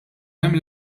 hemm